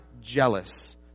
jealous